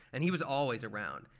and he was always around.